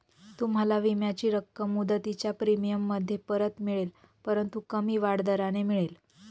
तुम्हाला विम्याची रक्कम मुदतीच्या प्रीमियममध्ये परत मिळेल परंतु कमी वाढ दराने मिळेल